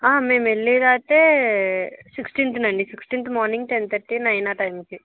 మేం వెళ్ళేదైతే సిక్స్టీన్త్న అండి sixteenth morning ten thirty nine ఆ టైంకి